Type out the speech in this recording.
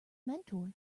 mentor